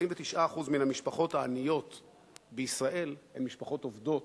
מן המשפחות העניות בישראל הן משפחות עובדות,